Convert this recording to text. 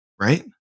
right